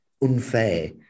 unfair